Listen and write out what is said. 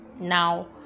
Now